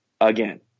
again